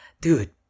dude